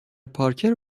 پارکر